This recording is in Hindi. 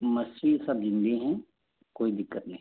मछली सब ज़िंदा हैं कोई दिक्कत नहीं